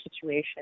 situation